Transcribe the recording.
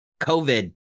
COVID